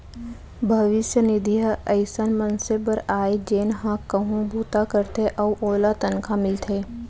भविस्य निधि ह अइसन मनसे बर आय जेन ह कहूँ बूता करथे अउ ओला तनखा मिलथे